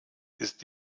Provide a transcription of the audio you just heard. ist